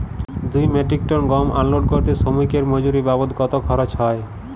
দুই metric ton গম unload করতে শ্রমিক এর মজুরি বাবদ কত খরচ হয়?